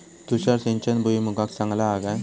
तुषार सिंचन भुईमुगाक चांगला हा काय?